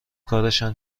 کارشان